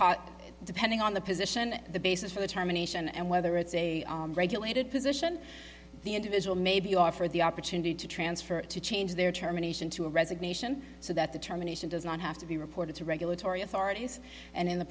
hot depending on the position and the basis for the terminations and whether it's a regulated position the individual may be offered the opportunity to transfer to change their terminations to a resignation so that determination does not have to be reported to regulatory authorities and in the